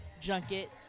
junket